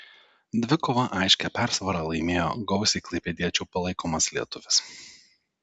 dvikovą aiškia persvara laimėjo gausiai klaipėdiečių palaikomas lietuvis